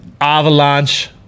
Avalanche